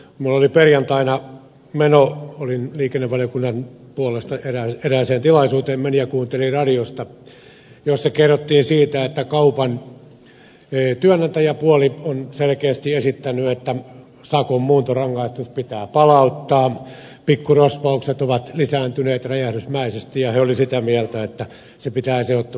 minulla oli perjantaina meno liikennevaliokunnan puolesta erääseen tilaisuuteen menin ja kuuntelin radiosta jossa kerrottiin siitä että kaupan työnantajapuoli on selkeästi esittänyt että sakon muuntorangaistus pitää palauttaa pikkurosvoukset ovat lisääntyneet räjähdysmäisesti ja he olivat sitä mieltä että se pitäisi ehdottomasti palauttaa